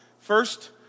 First